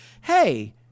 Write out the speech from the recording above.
hey